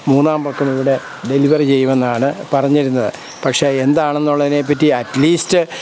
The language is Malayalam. മൂന്നാം പക്കം ഇവിടെ ഡെലിവറി ചെയ്യുമെന്നാണ് പറഞ്ഞിരുന്നത് പക്ഷെ എന്താണെന്നുള്ളതിനെപ്പറ്റി അറ്റ്ലീസ്റ്റ്